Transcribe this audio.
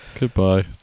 Goodbye